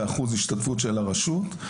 באחוז השתתפות של הרשות.